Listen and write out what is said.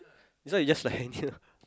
this one you just just like an idea